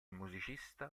musicista